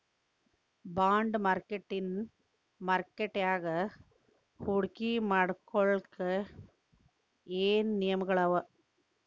Bond ಮಾರ್ಕೆಟಿನ್ ಮಾರ್ಕಟ್ಯಾಗ ಹೂಡ್ಕಿ ಮಾಡ್ಲೊಕ್ಕೆ ಏನೇನ್ ನಿಯಮಗಳವ?